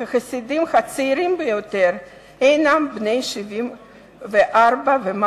החסידים הצעירים ביותר הינם בני 74 ומעלה.